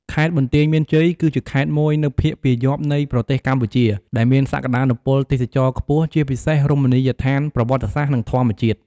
ខេត្តបន្ទាយមានជ័យ គឺជាខេត្តមួយនៅភាគពាយព្យនៃប្រទេសកម្ពុជា ដែលមានសក្ដានុពលទេសចរណ៍ខ្ពស់ ជាពិសេសរមណីយដ្ឋានប្រវត្តិសាស្ត្រ និងធម្មជាតិ។